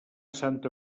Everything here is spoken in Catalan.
santa